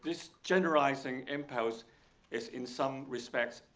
this generalizing impulse is in some respects,